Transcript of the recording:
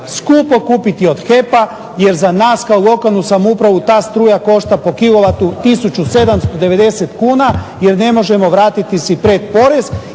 skupo kupiti od HEP-a jer za nas kao lokalnu samoupravu ta struja košta po kilovatu 1790 kuna jer ne možemo vratiti si preporez.